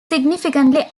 significantly